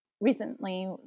Recently